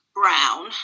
brown